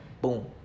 boom